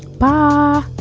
bar